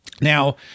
Now